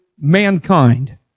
mankind